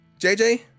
JJ